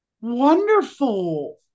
wonderful